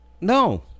No